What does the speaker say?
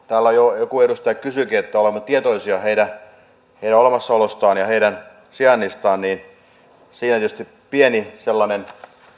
täällä jo joku edustaja siitä kysyikin olemmeko tietoisia heidän heidän olemassaolostaan ja heidän sijainnistaan siinä tietysti on pieni sellainen